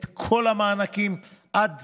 את כל המענקים עד